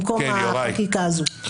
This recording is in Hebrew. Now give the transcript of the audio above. במקום החקיקה הזו.